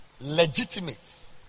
Legitimate